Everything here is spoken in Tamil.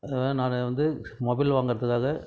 அதனால நான் வந்து மொபைல் வாங்கறதுக்காக